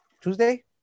Tuesday